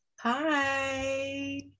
Hi